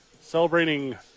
celebrating